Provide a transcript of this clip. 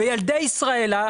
ילדי ישראל,